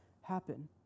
happen